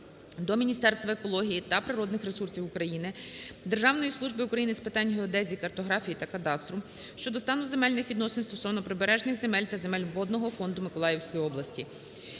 до Міністерства екології та природних ресурсів України, Державної служби України з питань геодезії, картографії та кадастру щодо стану земельних відносин стосовно прибережних земель та земель водного фонду Миколаївської області.